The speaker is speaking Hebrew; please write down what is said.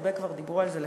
הרבה כבר דיברו על זה לפני,